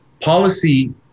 Policy